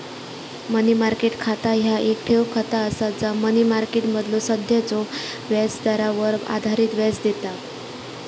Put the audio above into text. मनी market खाता ह्या येक ठेव खाता असा जा मनी मार्केटमधलो सध्याच्यो व्याजदरावर आधारित व्याज देता